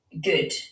good